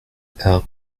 help